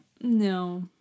No